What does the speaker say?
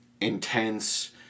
intense